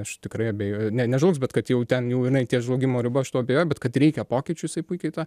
aš tikrai abejoju ne nežlugs bet kad jau ten jau jinai ties žlugimo riba aš tuo abejoju bet kad reikia pokyčių jisai puikiai tą